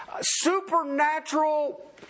supernatural